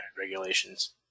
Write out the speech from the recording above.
regulations